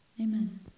Amen